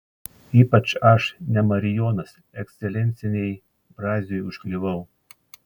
ypač aš ne marijonas ekscelencijai braziui užkliuvau